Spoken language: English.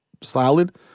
solid